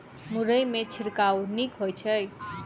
मुरई मे छिड़काव नीक होइ छै?